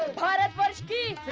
pot of